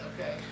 Okay